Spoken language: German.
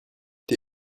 die